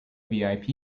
vip